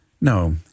No